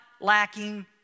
lacking